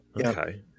Okay